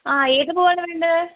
ആഹ് ഏത് പൂവാണ് വേണ്ടത്